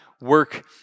work